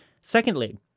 secondly